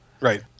right